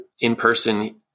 in-person